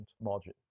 margin